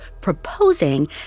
proposing